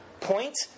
Point